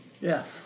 Yes